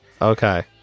Okay